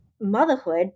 motherhood